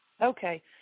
Okay